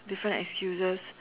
different excuses